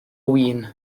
win